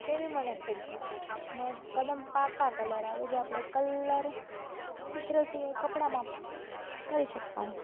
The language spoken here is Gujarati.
તે ભી મને ખૂબ ગણે અને કદમ પાક્કા કલર આવે જે આપણે કલર ચિત્ર સિવાય કપડામાં પણ કરી શકતા હોય